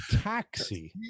taxi